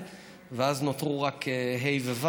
ואז נותרו רק ה'-ו',